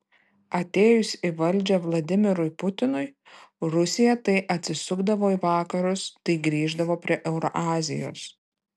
atėjus į valdžią vladimirui putinui rusija tai atsisukdavo į vakarus tai grįždavo prie eurazijos